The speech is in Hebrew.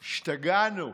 השתגענו.